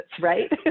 right